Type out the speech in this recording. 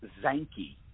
Zanky